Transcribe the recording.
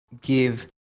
give